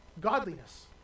godliness